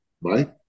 right